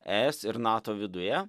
es ir nato viduje